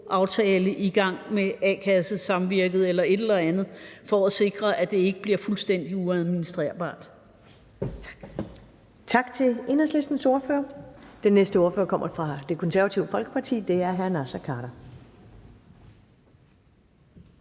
aftale med AK-Samvirket eller noget andet for at sikre, at det ikke bliver fuldstændig uadministrerbart.